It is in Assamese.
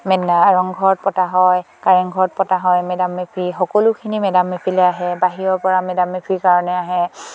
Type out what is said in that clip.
মেনা আৰ ঘৰত পতা হয় কাৰেংঘৰত পতা হয় মেডাম মেফি সকলোখিনি মেডাম মেফিলে আহে বাহিৰৰ পৰা মেডাম মেফিৰ কাৰণে আহে